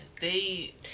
They-